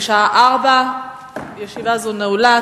בשעה 16:00. ישיבה זו נעולה.